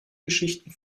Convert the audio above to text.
geschichten